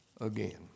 again